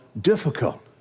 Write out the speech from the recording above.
difficult